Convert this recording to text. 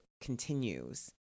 continues